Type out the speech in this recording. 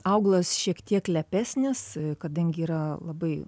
augalas šiek tiek lepesnis kadangi yra labai